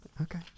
Okay